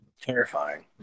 Terrifying